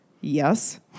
Yes